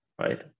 right